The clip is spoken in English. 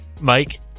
Mike